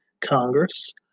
Congress